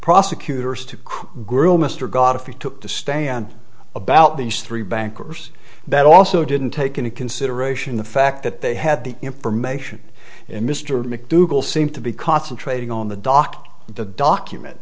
prosecutors to cool groom mr godfrey took the stand about these three bankers that also didn't take into consideration the fact that they had the information in mr mcdougal seem to be concentrating on the dock the document